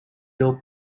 low